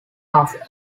half